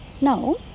now